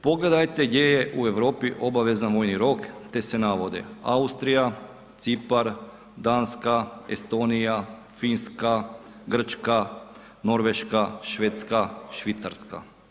Pogledajte gdje je u Europi obavezan vojni rok te se navode Austrija, Cipar, Danska, Estonija, Finska, Grčka, Norveška, Švedska, Švicarska.